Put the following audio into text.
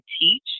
teach